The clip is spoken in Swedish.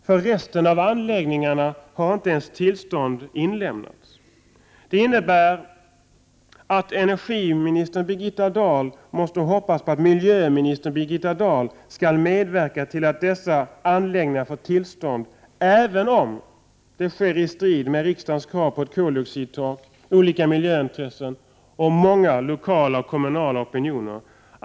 För resten av anläggningarna har inte ens tillstånd inlämnats. Det innebär att energiministern Birgitta Dahl måste hoppas på att miljöministern Birgitta Dahl skall medverka till att dessa anläggningar får tillstånd, även om det sker i strid med riksdagens krav på ett koldioxidtak, olika miljöintressen och många lokala och kommunala opinioner.